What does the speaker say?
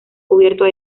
cubiertos